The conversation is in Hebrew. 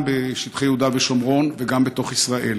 גם בשטחי יהודה ושומרון וגם בתוך ישראל.